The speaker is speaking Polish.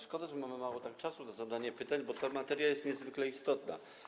Szkoda, że mamy tak mało czasu na zadanie pytań, bo ta materia jest niezwykle istotna.